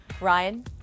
Ryan